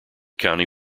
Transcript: county